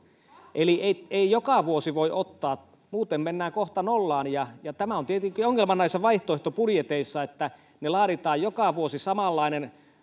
eli ei joka vuosi voi ottaa muuten mennään kohta nollaan ja ja tämä on tietenkin ongelma näissä vaihtoehtobudjeteissa että laaditaan joka vuosi samanlainen